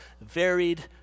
varied